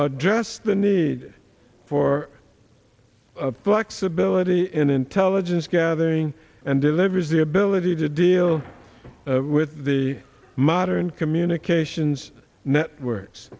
address the need for a flexibility in intelligence gathering and to leverage the ability to deal with the modern communications networks